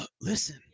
listen